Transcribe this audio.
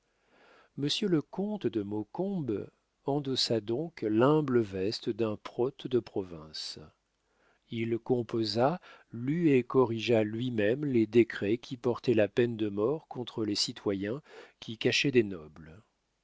le comte de maucombe endossa donc l'humble veste d'un prote de province il composa lut et corrigea lui-même les décrets qui portaient la peine de mort contre les citoyens qui cachaient des nobles